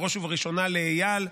ובראש ובראשונה לאיל,